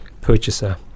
purchaser